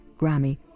Grammy